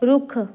ਰੁੱਖ